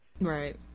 right